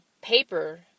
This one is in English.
paper